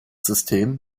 system